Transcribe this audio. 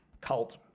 cult